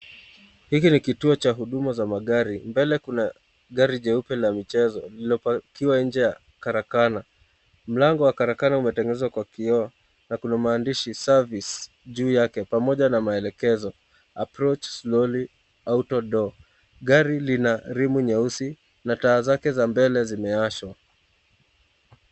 Hiki ni kituo cha huduma za magari. Mbele kuna gari jeupe la michezo lilolopakiwa nje ya karakana. Mlango wa karakana umetengenezwa kwa kioo na kuna maandishi service juu yake pamoja na maelekezo approach slowly. Auto door . Gari lina rimu nyeusi na taa zake za mbele zimewashwa.